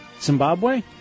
Zimbabwe